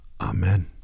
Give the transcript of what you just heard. Amen